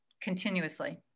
continuously